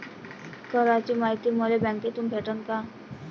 कराच मायती मले बँकेतून भेटन का?